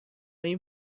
این